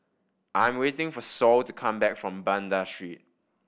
I'm waiting for Saul to come back from Banda Street